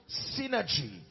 synergy